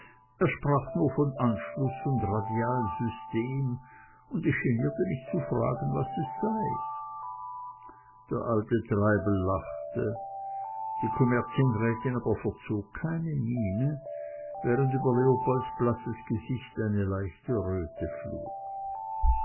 er sprach nur von anschluß und radialsystem und ich genierte mich zu fragen was es sei der alte treibel lachte die kommerzienrätin aber verzog keine miene während über leopolds blasses gesicht eine leichte röte flog